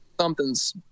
something's